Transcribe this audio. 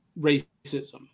racism